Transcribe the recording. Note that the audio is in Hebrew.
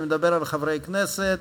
אני מדבר על חברי הכנסת.